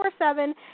24-7